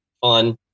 Fun